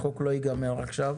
החוק לא יסתיים עכשיו.